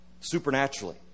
supernaturally